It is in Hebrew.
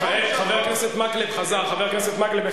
חברי הכנסת חנין,